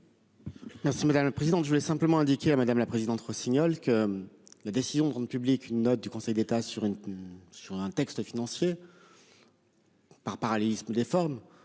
Merci madame la présidente. Je voulais simplement indiquer la madame la présidente Rossignol que. La décision rendue publique, une note du Conseil d'État sur une, sur un texte financier. Par parallélisme des formes,